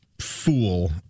fool